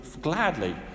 gladly